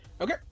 Okay